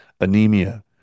anemia